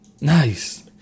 Nice